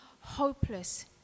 hopeless